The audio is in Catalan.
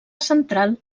central